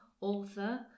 author